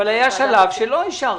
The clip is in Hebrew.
היה שלב שלא אישרתם.